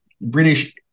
British